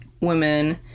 Women